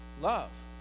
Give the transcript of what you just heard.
Love